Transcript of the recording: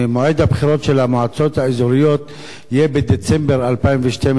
יהיה בדצמבר 2012. אני מבין שזה עדיין תקף ואין בעיה עם זה,